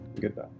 Goodbye